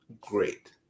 Great